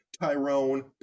Tyrone